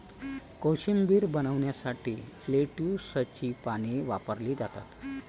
कोशिंबीर बनवण्यासाठी लेट्युसची पाने वापरली जातात